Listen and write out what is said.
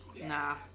Nah